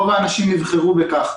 רוב האנשים יבחרו בכך.